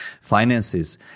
finances